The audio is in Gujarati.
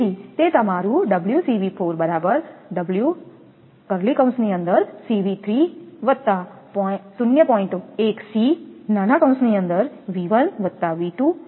તેથી તે તમારું 𝜔𝐶𝑉4 𝜔 𝐶𝑉3 0